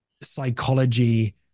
psychology